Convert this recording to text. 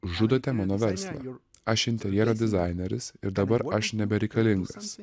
žudote mano verslą aš interjero dizaineris ir dabar aš nebereikalingas